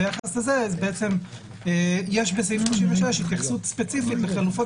ביחס לזה יש בסעיף 36 התייחסות ספציפית לחלופות